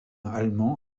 allemand